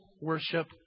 worship